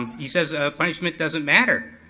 he says punishment doesn't matter.